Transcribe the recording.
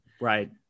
Right